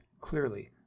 Clearly